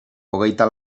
hogeita